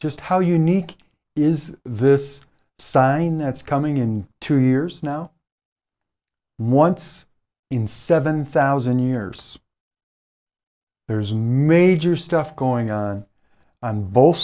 just how unique is this sign that's coming in two years now once in seven thousand years there's major stuff going on on both